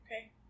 okay